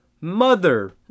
mother